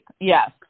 Yes